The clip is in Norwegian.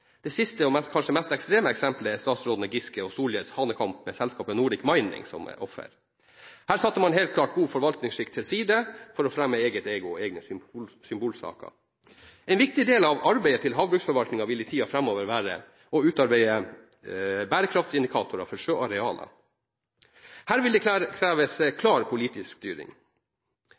Det siste og kanskje mest ekstreme eksempelet er statsrådene Giske og Solhjells hanekamp med selskapet Nordic Mining som offer. Her satte man helt klart god forvaltningsskikk til side for å fremme eget ego og egne symbolsaker. En viktig del av arbeidet til havbruksforvaltningen vil i tiden framover være å utarbeide bærekraftsindikatorer for sjøarealer. Her vil det kreves klar politisk styring.